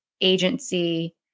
agency